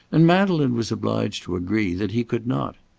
and madeleine was obliged to agree that he could not.